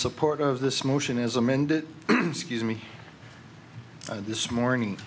support of this motion is amended scuse me this morning